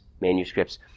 manuscripts